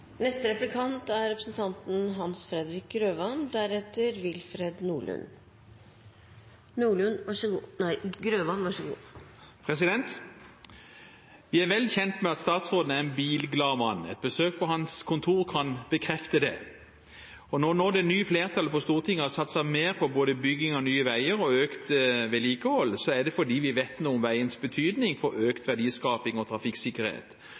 Vi er vel kjent med at statsråden er en bilglad mann. Et besøk på hans kontor kan bekrefte det. Når nå det nye flertallet på Stortinget har satset mer på både bygging av nye veier og økt vedlikehold, er det fordi vi vet noe om veiens betydning for økt verdiskaping og trafikksikkerhet,